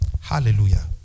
Hallelujah